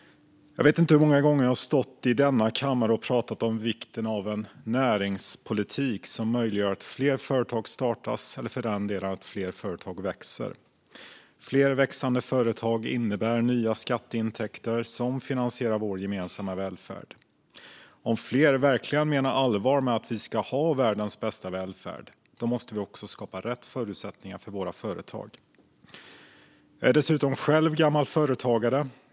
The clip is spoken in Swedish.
Jag vet inte hur många gånger jag har stått i denna kammare och pratat om vikten av en näringspolitik som möjliggör att fler företag startas eller för den delen att fler företag växer. Fler växande företag innebär nya skatteintäkter som finansierar vår gemensamma välfärd. Om fler verkligen menar allvar med att vi ska ha världens bästa välfärd måste vi också skapa rätt förutsättningar för våra företag. Jag är dessutom själv gammal företagare.